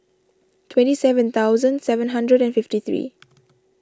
twenty seven thousand seven hundred and fifty three